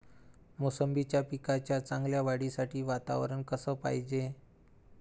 मोसंबीच्या पिकाच्या चांगल्या वाढीसाठी वातावरन कस पायजे?